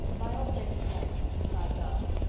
my object then, replied darcy,